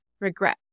regret